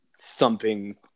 thumping